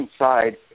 inside